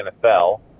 NFL